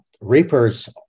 reapers